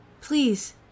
Please